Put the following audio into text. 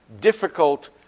difficult